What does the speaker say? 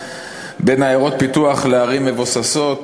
בין עיירות פיתוח לערים מבוססות,